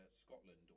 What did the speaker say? Scotland